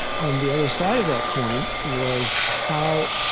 on the other side of that coin was how,